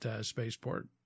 spaceport